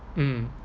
mm